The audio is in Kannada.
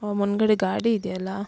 ಹೋ ಮುಂದುಗಡೆ ಗಾಡಿ ಇದೆಯಲ